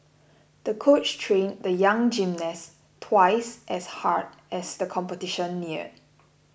the coach trained the young gymnast twice as hard as the competition neared